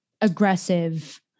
aggressive